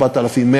4,100,